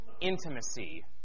intimacy